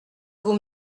vous